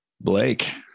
Blake